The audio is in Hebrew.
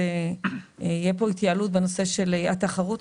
תהיה פה התייעלות בנושא של התחרות,